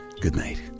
goodnight